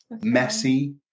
messy